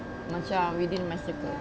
macam within my circle